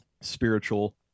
spiritual